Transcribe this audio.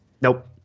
nope